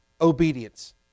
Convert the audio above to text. obedience